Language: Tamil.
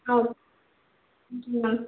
ah okay thank you ma'am